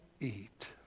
eat